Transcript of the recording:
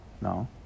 No